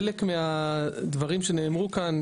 חלק מהדברים שנאמרו כאן,